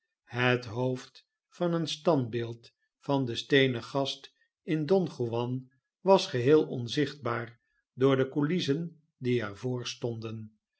het hoofd van een standbeeld van den steenen gast in don juan was geheel onzichtbaar door de coulissen die er